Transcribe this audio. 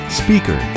speaker